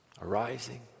arising